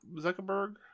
Zuckerberg